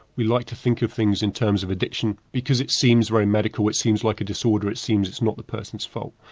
we like to think of things in terms of addiction because it seems very medical, it seems like a disorder, it seems it's not the person's fault.